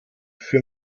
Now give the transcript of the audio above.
für